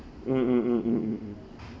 mm mm mm mm mm mm